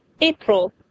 April